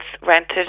rented